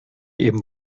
eben